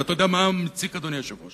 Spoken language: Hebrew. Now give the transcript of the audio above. ואתה יודע מה מציק, אדוני היושב-ראש?